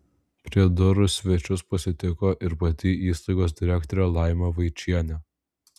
prie durų svečius pasitiko ir pati įstaigos direktorė laima vaičienė